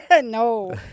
No